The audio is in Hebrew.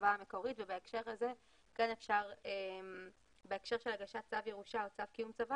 הצוואה המקורית ובהקשר של הגשת צו ירושה או צו קיום צוואה,